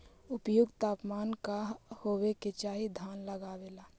उपयुक्त तापमान का होबे के चाही धान लगावे ला?